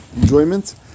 enjoyment